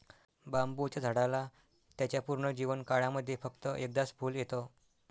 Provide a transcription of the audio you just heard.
बांबुच्या झाडाला त्याच्या पूर्ण जीवन काळामध्ये फक्त एकदाच फुल येत